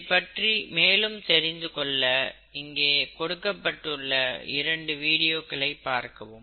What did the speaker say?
இதைப் பற்றி மேலும் தெரிந்து கொள்ள இங்கே கொடுக்கப்பட்டுள்ள இரண்டு வீடியோக்களை பார்க்கவும்